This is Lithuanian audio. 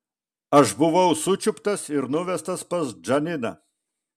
aš buvau sučiuptas ir nuvestas pas džaniną